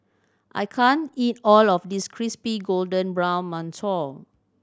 I can't eat all of this crispy golden brown mantou